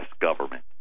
government